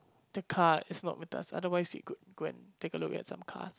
the car is not with us otherwise we could go and take a look at some cars